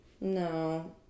No